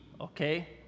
okay